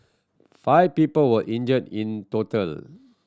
five people were injured in total